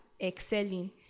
excelling